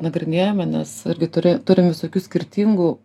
nagrinėjome nes irgi turi turim visokių skirtingų